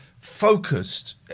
focused